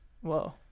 Whoa